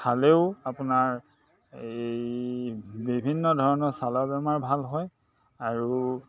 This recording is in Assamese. খালেও আপোনাৰ এই বিভিন্ন ধৰণৰ ছালৰ বেমাৰ ভাল হয় আৰু